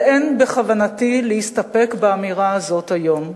אבל אין בכוונתי להסתפק באמירה הזו היום.